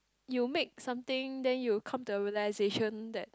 you make something then you come to a realisation that